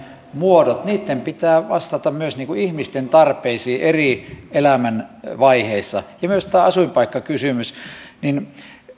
muotojen pitää vastata myös ihmisten tarpeisiin eri elämänvaiheissa tästä asuinpaikkakysymyksestä